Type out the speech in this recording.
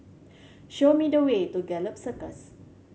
show me the way to Gallop Circus